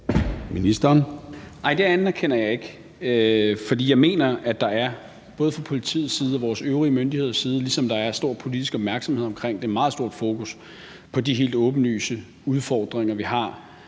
Nej, det anerkender jeg ikke, for jeg mener, at der både fra politiets side og fra vores øvrige myndigheders side, ligesom der er meget stor politisk opmærksomhed omkring det, er meget stort fokus på de helt åbenlyse udfordringer, vi har